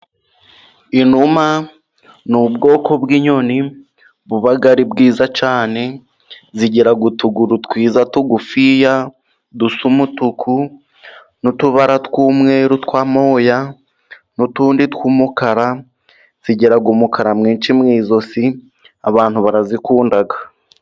Inuma ni ubwoko bw'inyoni buba ari bwiza cyane, zigira utuguru twiza tugufiya, dusa umutuku n'utubara tw'umweru twa moya n'utundi tw'umukara, zigira umukara mwinshi mu ijosi abantu barazikunda.